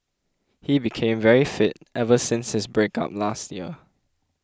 he became very fit ever since his breakup last year